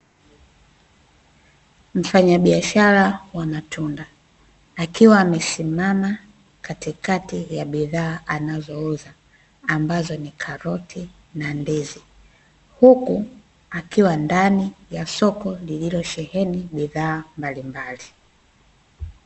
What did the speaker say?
Mfanyabiashara wa matunda, akiwa amesimama katikati ya bidhaa anazouza, ambazo ni karoti na ndizi, huku akiwa ndani ya soko lililosheheni bidhaa mbalimbali.